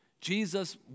Jesus